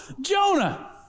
Jonah